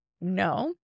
No